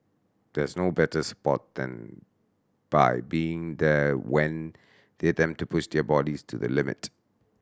there's no better support than by being there when they attempt to push their bodies to the limit